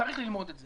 צריך ללמוד את זה.